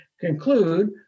conclude